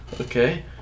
Okay